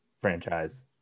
franchise